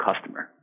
customer